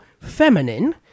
feminine